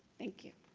thank you.